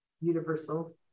universal